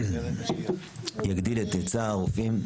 יגדיל את היצע הרופאים,